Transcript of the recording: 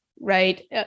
right